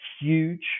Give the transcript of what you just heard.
huge